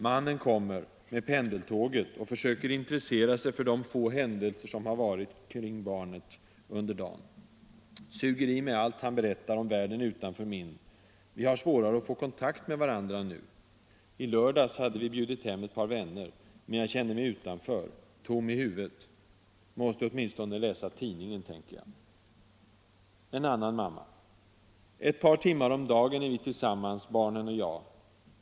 Mannen kommer med pendeltåget och försöker intressera sig för de få händelser som har varit kring barnet under dagen. Suger i mig allt han berättar om världen utanför min. Vi har svårare att få kontakt med varandra nu. I lördags hade vi bjudit hem ett par vänner, men jag kände mig utanför, tom i huvudet. Måste åtminstone läsa tidningen, tänker jag.” En annan mamma: ”Ett par timmar om dagen är vi tillsammans, barnen och jag.